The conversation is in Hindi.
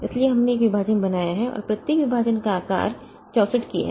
इसलिए हमने एक विभाजन बनाया है और प्रत्येक विभाजन का आकार 64 K है